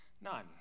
None